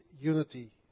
unity